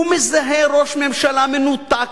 הוא מזהה ראש ממשלה מנותק,